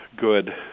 good